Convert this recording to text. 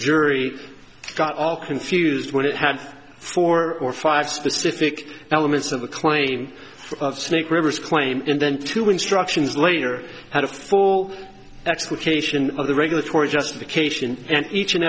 jury got all confused when it had four or five specific elements of a claim of snake rivers claim and then two instructions later had a full explication of the regulatory justification and each and